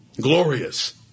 Glorious